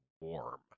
warm